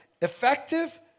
effective